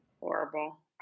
Horrible